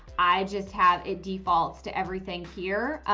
i just have, it defaults to everything here.